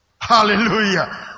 hallelujah